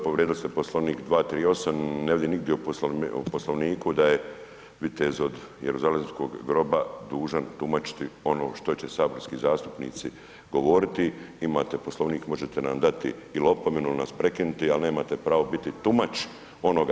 Povrijedili ste Poslovnik 238., ne vidim nigdje u Poslovniku da je vitez od Jeruzalemskog groba dužan tumačiti ono što će se saborski zastupnici govoriti, imate Poslovnik, možete nam dati ili opomenu ili nas prekinuti, ali nemate pravo biti tumač onoga.